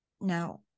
Now